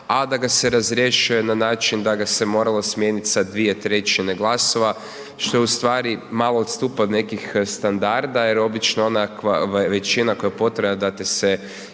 a da ga se razrješuje na način da ga se moralo smijeniti sa dvije trećine glasova što ustvari malo odstupa od nekih standarda je obično onakva većina koja je potrebna da te se